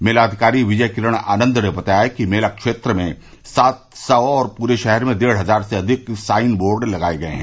मेला अधिकारी विजय किरण आनन्द ने बताया कि र्मेला क्षेत्र में सात सौ और पूरे शहर में डेढ़ हजार से अधिक साइन बोर्ड लगाये गये हैं